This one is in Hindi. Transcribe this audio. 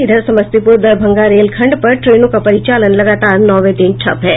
इधर समस्तीपुर दरभंगा रेलखंड पर ट्रेनों का परिचालन लगतार नौवें दिन ठप है